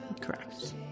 Correct